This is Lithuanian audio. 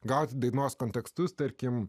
gauti dainos kontekstus tarkim